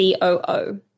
COO